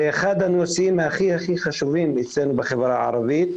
זה אחד הנושאים הכי חשובים אצלנו בחברה הערבית.